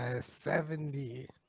Seventy